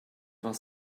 vingt